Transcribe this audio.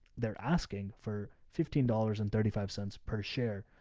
they're asking for fifteen dollars and thirty five cents per share.